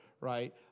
right